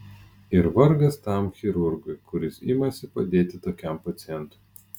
ir vargas tam chirurgui kuris imasi padėti tokiam pacientui